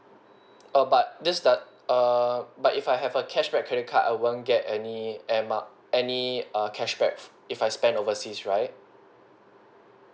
orh but just that err but if I have a cashback credit card I won't get any airmiles any err cashback if I spent overseas right